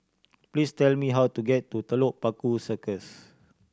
please tell me how to get to Telok Paku Circus